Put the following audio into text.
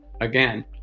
again